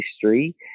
history